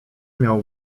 miał